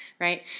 right